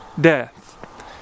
death